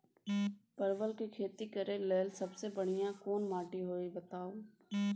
परवल के खेती करेक लैल सबसे बढ़िया कोन माटी होते बताबू?